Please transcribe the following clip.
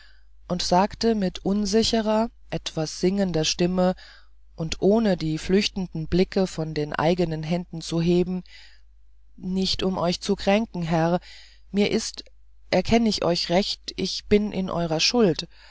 und sagte mit unsicherer etwas singender stimme und ohne die flüchtenden blicke von den eigenen händen zu heben nicht um euch zu kränken herr mir ist erkenn ich euch recht ich bin in eurer schuld